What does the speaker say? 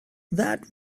that